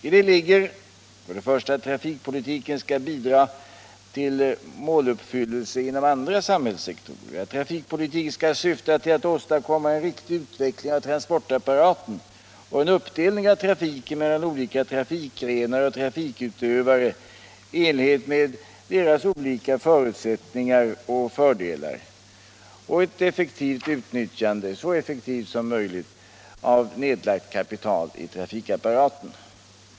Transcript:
I detta ligger för det första att trafikpolitiken skall bidra till måluppfyllelse inom andra samhällssektorer, för det andra att trafikpolitiken skall syfta till att åstadkomma en riktig utveckling av transportapparaten och en uppdelning av trafiken mellan olika trafikgrenar och trafikutövare i enlighet med deras olika förutsättningar och fördelar, ett så effektivt utnyttjande som möjligt av nedlagt kapital i trafikapparaten.